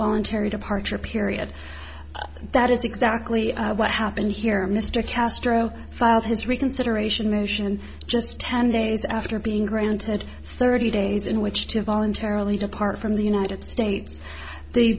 voluntary departure period that is exactly what happened here mr castro filed his reconsideration motion just ten days after being granted thirty days in which to voluntarily depart from the united states the